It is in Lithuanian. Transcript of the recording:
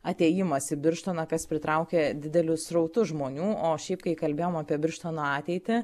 atėjimas į birštoną kas pritraukia didelius srautus žmonių o šiaip kai kalbėjom apie birštono ateitį